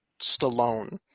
Stallone